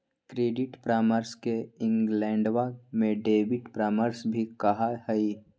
credit परामर्श के इंग्लैंडवा में डेबिट परामर्श भी कहा हई